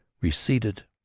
receded